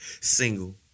single